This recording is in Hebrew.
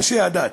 אנשי הדת.